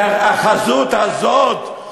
זו החזות הזאת,